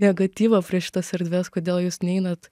negatyvą prieš šitas erdves kodėl jūs neinat